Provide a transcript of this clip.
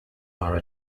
are